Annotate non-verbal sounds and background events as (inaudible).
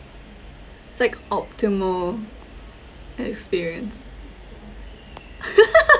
it's like optimal experience (laughs)